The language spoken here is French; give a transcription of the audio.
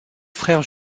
frère